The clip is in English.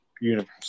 universe